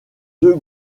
deux